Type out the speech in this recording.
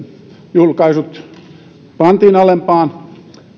julkaisut pantiin alempaan